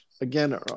again